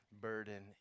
burden